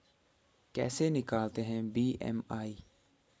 कैसे निकालते हैं बी.एम.आई?